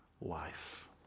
life